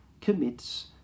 commits